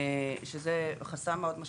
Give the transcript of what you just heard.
שזה חסם מאוד משמעותי.